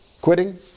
quitting